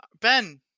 Ben